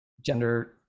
gender